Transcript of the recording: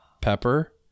pepper